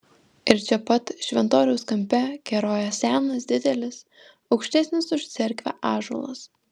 ir čia pat šventoriaus kampe kerojo senas didelis aukštesnis už cerkvę ąžuolas